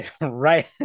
right